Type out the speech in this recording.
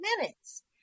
minutes